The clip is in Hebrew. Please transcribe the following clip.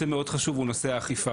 נושא מאוד חשוב הוא נושא האכיפה.